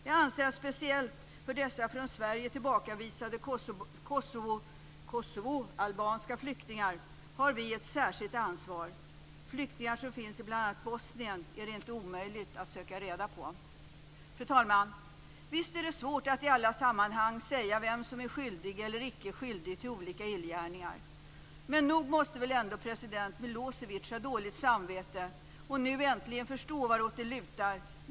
Jag anser att vi har ett särskilt ansvar för dessa från Sverige tillbakavisade kosovoalbanska flyktingar. Flyktingar som finns i bl.a. Bosnien är det inte omöjligt att söka reda på. Fru talman! Visst är det svårt att i alla sammanhang säga vem som är skyldig eller icke skyldig till olika illgärningar. Men nog måste ändå president Milosevic ha dåligt samvete och nu äntligen förstå vartåt det lutar.